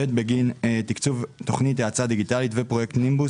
בגין תקצוב תוכנית האצה דיגיטלית ופרויקט נימבוס